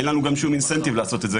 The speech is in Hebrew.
אין לנו גם שום אינסנטיב לעשות את זה.